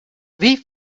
wie